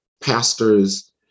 pastors